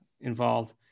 involved